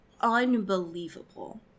unbelievable